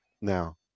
Now